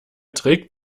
trägt